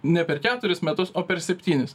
ne per keturis metus o per septynis